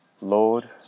Lord